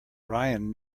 ryan